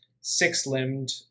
six-limbed